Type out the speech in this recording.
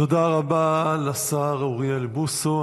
תודה רבה לשר אוריאל בוסו.